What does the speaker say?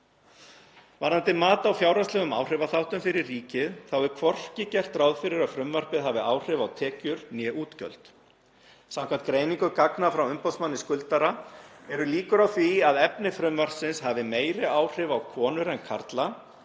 Varðandi mat á fjárhagslegum áhrifaþáttum fyrir ríkið þá er hvorki gert ráð fyrir að frumvarpið hafi áhrif á tekjur né útgjöld. Samkvæmt greiningu gagna frá umboðsmanni skuldara eru líkur á því að efni frumvarpsins hafi meiri áhrif á konur en karla,